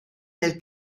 nel